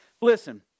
Listen